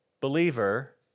believer